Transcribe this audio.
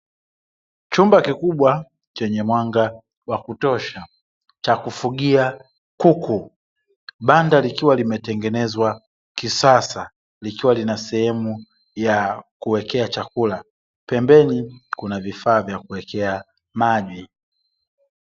Chumba kikubwa chenye mwanga wakutosha cha kufugia kuku, banda likiwa limetengenezwa kisasa likiwa lina sehemu ya kuwekea chakula pembeni kuna vifaa vya kuwekea maji.